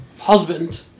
husband